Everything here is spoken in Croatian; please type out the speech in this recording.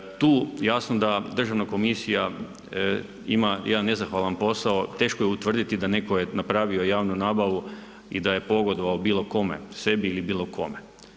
Tu jasno da državna komisija ima jedan nezahvalan posao, teško je utvrditi da neko je napravio javnu nabavu i da je pogodovao bilo kome, sebi ili bilo kome.